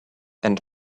and